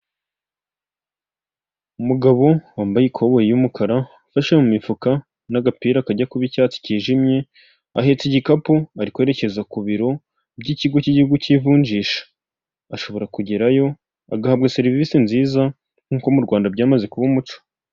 Umugabo wambaye ikoboyi y'umukara ufashe mu mifuka n'agapira kajya kuba icyatsi kijimye, ahetse igikapu ari kwerekeza ku biro, by'ikigo cy'igihugu cy'ivunjisha. Ashobora kugerayo agahabwa serivisi nziza, nk'uko mu Rwanda byamaze kuba umuco.